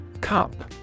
Cup